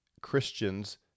Christians